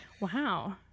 Wow